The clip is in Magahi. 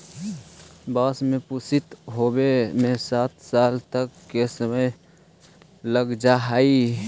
बाँस के पुष्पित होवे में साठ साल तक के समय लग जा हइ